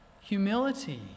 humility